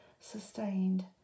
sustained